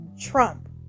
Trump